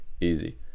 Easy